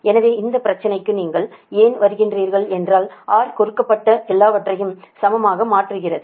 எனவே இந்த பிரச்சனைக்கு நீங்கள் ஏன் வருகிறீர்கள் என்றால் R கொடுக்கப்பட்ட எல்லாவற்றையும் சமமாக மாற்றுகிறது